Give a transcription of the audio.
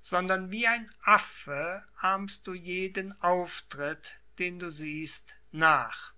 sondern wie ein affe ahmst du jeden auftritt den du siehst nach